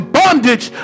bondage